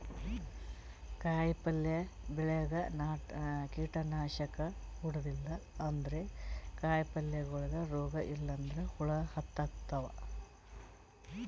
ಕಾಯಿಪಲ್ಯ ಬೆಳ್ಯಾಗ್ ಕೀಟನಾಶಕ್ ಹೊಡದಿಲ್ಲ ಅಂದ್ರ ಕಾಯಿಪಲ್ಯಗೋಳಿಗ್ ರೋಗ್ ಇಲ್ಲಂದ್ರ ಹುಳ ಹತ್ಕೊತಾವ್